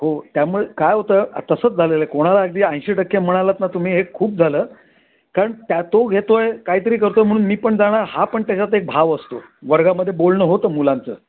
हो त्यामुळे काय होतं तसंच झालेलं आहे कोणाला अगदी ऐंशी टक्के म्हणालात ना तुम्ही हे खूप झालं कारण त्या तो घेतो आहे कायतरी करतो म्हणून मी पण जाणं हा पण त्याच्याच एक भाग असतो वर्गामध्ये बोलणं होतं मुलांचं